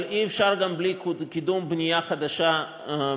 אבל אי-אפשר גם בלי קידום בנייה חדשה בירושלים.